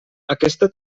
aquesta